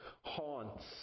haunts